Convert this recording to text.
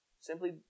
simply